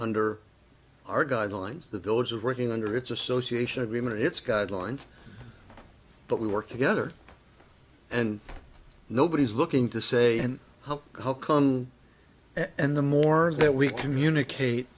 under our guidelines the village of working under its association agreement it's guidelines but we work together and nobody's looking to say and how come and the more that we communicate